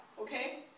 okay